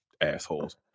assholes